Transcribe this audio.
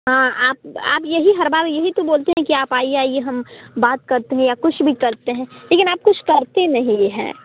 हाँ आप आप यही हर बार यही तो बोलते हैं कि आप आइए आइए हम बात करते हैं आप कुछ भी करते हैं लेकिन आप कुछ करते नहीं यह हैं